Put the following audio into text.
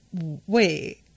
wait